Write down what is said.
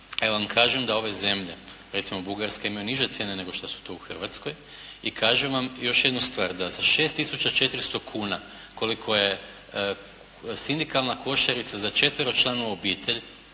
ja vam kažem da ove zemlje, recimo Bugarska ima niže cijene nego što su to u Hrvatskoj. I kažem vam još jednu stvar, da za 6.400,00 kuna koliko je sindikalna košarica za četveročlanu obitelj,